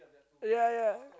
ya ya